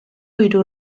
hiru